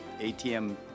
ATM